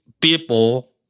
people